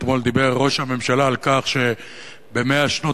אתמול דיבר ראש הממשלה על כך שב-100 שנות